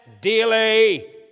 daily